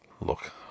look